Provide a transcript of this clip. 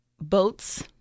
boats